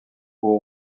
aux